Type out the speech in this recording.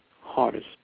hardest